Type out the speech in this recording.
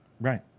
Right